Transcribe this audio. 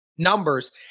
Numbers